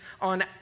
on